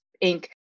ink